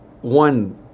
one